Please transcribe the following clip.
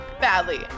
Badly